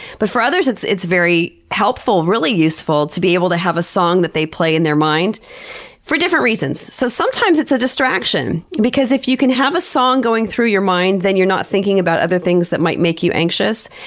but for others it's it's very helpful, really useful to be able to have a song that they play in their mind for different reasons. so sometimes it's a distraction because if you can have a song going through your mind, then you're not thinking about other things that might make you anxious.